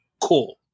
Cool